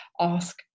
ask